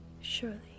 Surely